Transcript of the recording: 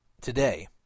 today